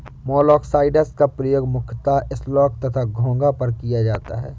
मोलॉक्साइड्स का प्रयोग मुख्यतः स्लग तथा घोंघा पर किया जाता है